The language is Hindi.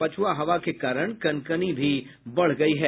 पछ्आ हवा के कारण कनकनी भी बढ़ गयी है